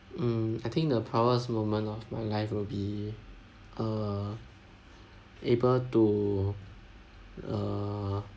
mm I think the proudest moment of my life will be uh able to uh